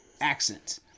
accent